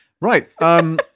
Right